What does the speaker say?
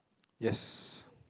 yes